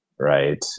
Right